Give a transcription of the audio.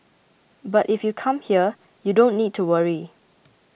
but if you come here you don't need to worry